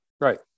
Right